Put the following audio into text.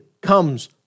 comes